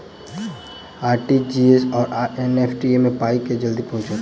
RTGS आओर NEFT मे पाई केँ मे जल्दी पहुँचत?